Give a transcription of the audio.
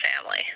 family